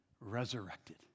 resurrected